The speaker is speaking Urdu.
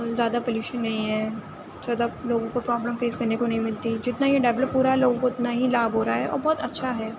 زیادہ پولوشن نہیں ہے صدف لوگوں کو پروبلم فیس کرنے کو نہیں ملتی جتنا یہ ڈیویلپ ہو رہا ہے لوگوں کو اتنا ہی لابھ ہو رہا ہے بہت اچھا ہے